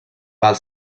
pel